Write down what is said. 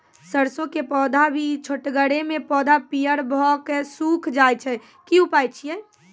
सरसों के पौधा भी छोटगरे मे पौधा पीयर भो कऽ सूख जाय छै, की उपाय छियै?